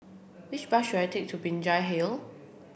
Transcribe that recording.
which bus should I take to Binjai Hill